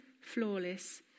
flawless